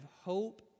hope